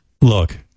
look